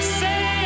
say